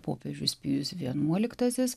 popiežius pijus vienuoliktasis